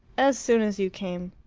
as soon as you came,